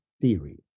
theory